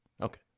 Okay